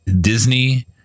Disney